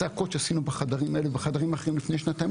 הצעקות שעשינו בחדרים האלה ובחדרים אחרים לפני שנתיים,